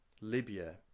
Libya